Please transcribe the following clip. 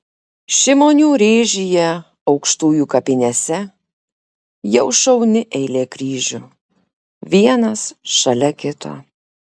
šimonių rėžyje aukštujų kapinėse jau šauni eilė kryžių vienas šalia kito